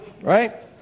Right